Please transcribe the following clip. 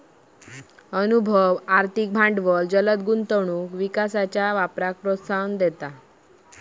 अनुभव, आर्थिक भांडवल जलद गुंतवणूक विकासाच्या वापराक प्रोत्साहन देईत